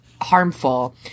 harmful